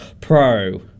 Pro